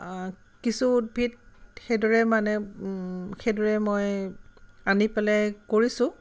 কিছু উদ্ভিদ সেইদৰে মানে সেইদৰে মই আনি পেলাই কৰিছোঁ